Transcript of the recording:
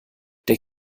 der